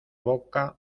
boca